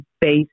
based